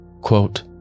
quote